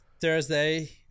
Thursday